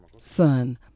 son